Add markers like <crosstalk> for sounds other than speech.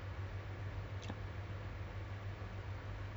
so I I tend to neglect kalau ada <noise>